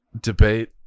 debate